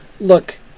look